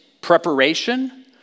preparation